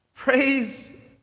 Praise